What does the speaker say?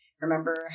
remember